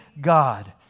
God